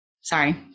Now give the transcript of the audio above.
sorry